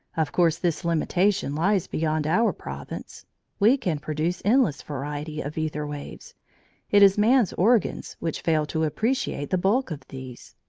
of course this limitation lies beyond our province we can produce endless variety of aether waves it is man's organs which fail to appreciate the bulk of these.